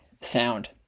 sound